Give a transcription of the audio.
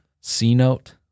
C-Note